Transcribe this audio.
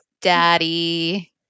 daddy